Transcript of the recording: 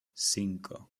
cinco